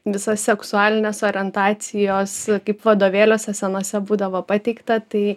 visas seksualines orientacijas kaip vadovėliuose senuose būdavo pateikta tai